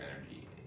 energy